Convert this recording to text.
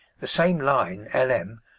the same line, l m,